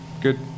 Good